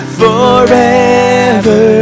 forever